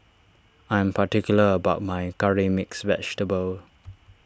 I am particular about my Curry Mixed Vegetable